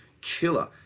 killer